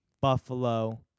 Buffalo